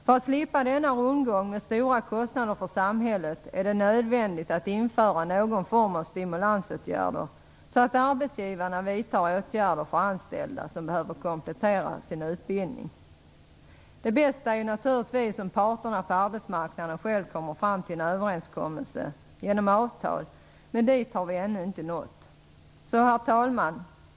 För undvikande av denna rundgång med stora kostnader för samhället är det nödvändigt att man inför någon form av stimulansåtgärder, så att arbetsgivarna vidtar åtgärder för anställda som behöver komplettera sin utbildning. Det bästa är naturligtvis om parterna på arbetsmarknaden själva kommer fram till en överenskommelse genom avtal, men dit har vi ännu inte nått. Herr talman!